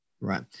Right